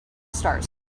stars